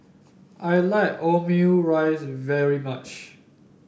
I like Omurice very much